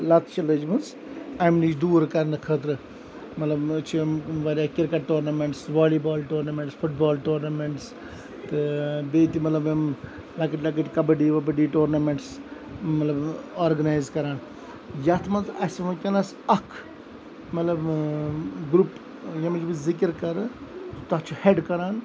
لَت چھِ لٔجمٕژ امہِ نِش دوٗر کَرنہٕ خٲطرٕ مَطلَب مٔنٛزۍ چھِ واریاہ cricket tournaments volleyball tournaments football tournaments تہٕ بیٚیہِ تہِ مَطلَب یِم لَکٕٹۍ لَکٕٹۍ کَبَڈی وَبَڈِی ٹورنَمنٹٕس مَطلَب آرگنَیِز کَران یَتھ مَنٛز اَسہِ وِنکیٚنَس اَکھ مَطلَب گروٚپ ییٚمِچ بہٕ ذِکِر کَرٕ تَتھ چھُ ہیٚڑ کَران